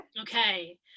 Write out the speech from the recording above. Okay